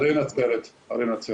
להרי נצרת.